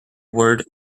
word